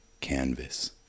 canvas